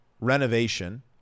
renovation